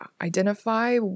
identify